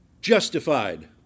justified